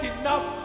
enough